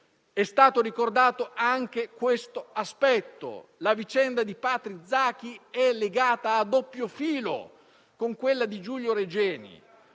È stato ricordato anche questo aspetto: la vicenda di Patrick Zaki è legata a doppio filo con quella di Giulio Regeni,